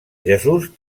jesús